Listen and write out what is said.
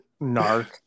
narc